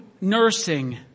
nursing